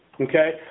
okay